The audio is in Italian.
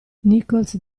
nichols